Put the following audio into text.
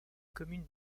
commune